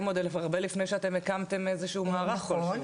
עוד הרבה לפני שהקמתם מערך כל שהוא.